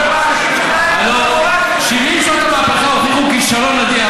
הלוא 70 שנות המהפכה הוכיחו כישלון אדיר.